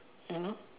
you know